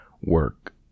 Work